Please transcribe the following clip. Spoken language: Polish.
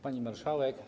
Pani Marszałek!